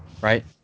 right